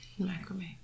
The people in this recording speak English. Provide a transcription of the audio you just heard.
macrame